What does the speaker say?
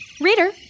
Reader